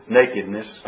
nakedness